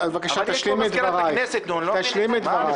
בבקשה, תשלימי את דברייך.